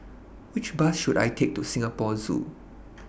Which Bus should I Take to Singapore Zoo